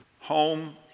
home